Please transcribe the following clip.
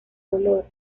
dolor